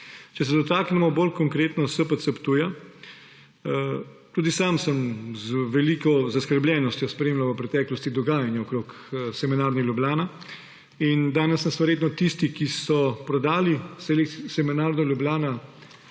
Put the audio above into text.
Če se dotaknemo bolj konkretno SPC Ptuj. Tudi sam sem z veliko zaskrbljenostjo spremljal v preteklosti dogajanja okrog Semenarne Ljubljana. Danes nas verjetno tisti, ki so prodali Semenarno Ljubljana